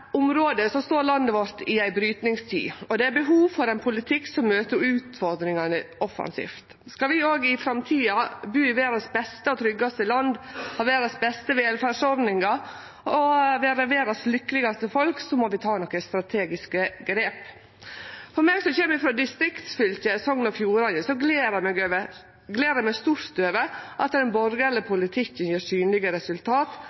område står landet vårt i ei brytningstid, og det er behov for ein politikk som møter utfordringane offensivt. Skal vi òg i framtida bu i verdas beste og tryggaste land, ha verdas beste velferdsordningar og vere verdas lykkelegaste folk, må vi ta nokre strategiske grep. Eg som kjem frå distriktsfylket Sogn og Fjordane, gler meg stort over at den borgarlege politikken gjev synlege resultat,